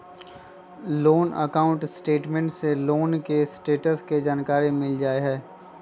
loan account statement से loan के status के जानकारी मिल जाइ हइ